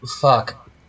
fuck